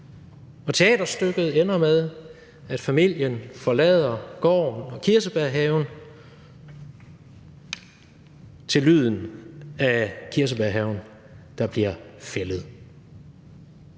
Og teaterstykket ender med, at familien forlader gården og kirsebærhaven – til lyden af kirsebærhaven, der bliver fældet.